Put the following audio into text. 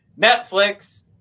Netflix